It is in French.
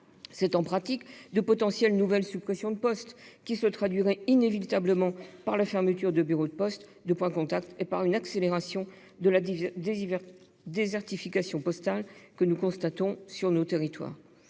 En pratique, il y aurait de nouvelles suppressions de postes, qui se traduiraient inévitablement par la fermeture de bureaux de poste et de points de contact, et par une accélération de la désertification postale que nous constatons sur nos territoires.